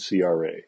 CRA